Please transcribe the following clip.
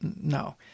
No